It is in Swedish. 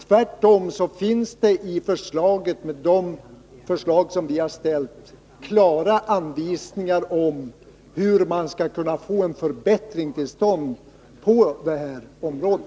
Tvärtom finns det i de förslag som vi har framställt klara anvisningar om hur man skall kunna få en förbättring till stånd på detta område.